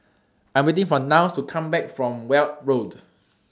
I Am waiting For Niles to Come Back from Weld Road